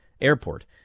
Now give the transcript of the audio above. airport